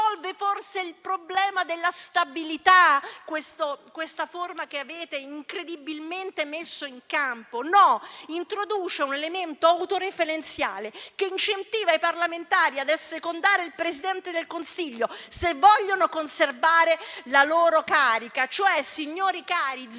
forse il problema della stabilità questa riforma che avete incredibilmente messo in campo? No, essa introduce invece un elemento autoreferenziale, che incentiva i parlamentari ad assecondare il Presidente del Consiglio se vogliono conservare la loro carica: signori cari,